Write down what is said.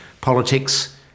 Politics